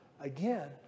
again